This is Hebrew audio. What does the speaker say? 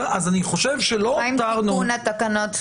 מה עם תיקון התקנות?